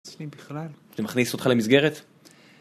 -עצמי בכלל. -זה מכניס אותך למסגרת?